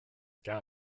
gar